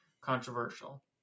Controversial